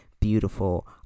beautiful